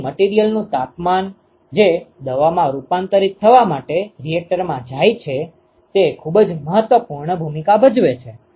તેથી મટીરીયલનું તાપમાન જે દવામાં રૂપાંતરિત થવા માટે રિએક્ટરમાં જાય છે તે ખૂબ જ મહત્વપૂર્ણ ભૂમિકા ભજવે છે